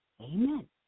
Amen